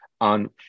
on